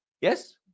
Yes